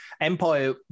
Empire